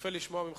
יפה לשמוע ממך,